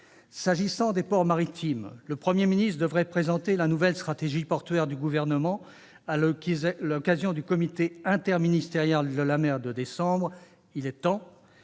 S'agissant des ports maritimes, le Premier ministre devrait présenter la nouvelle stratégie portuaire du Gouvernement à l'occasion du comité interministériel de la mer de décembre : il est temps